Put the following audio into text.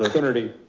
like coonerty.